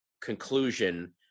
conclusion